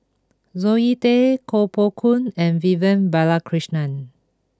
Zoe Tay Koh Poh Koon and Vivian Balakrishnan